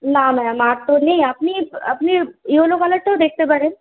না ম্যাম আর তো নেই আপনিই আপনি ইয়েলো কালারটাও দেখতে পারেন